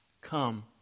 Come